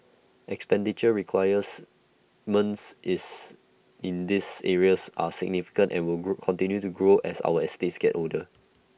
expenditure is in these areas are significant and will grow continue to grow as our estates get older